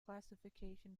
classification